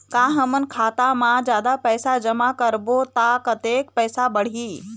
का हमन खाता मा जादा पैसा जमा करबो ता कतेक पैसा बढ़ही?